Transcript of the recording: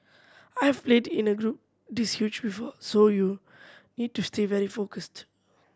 I've played in a group this huge before so you need to stay very focused